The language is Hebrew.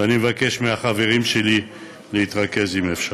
ואני מבקש מהחברים שלי להתרכז אם אפשר,